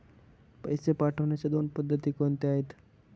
पैसे पाठवण्याच्या दोन पद्धती कोणत्या आहेत?